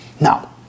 Now